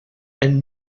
and